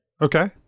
Okay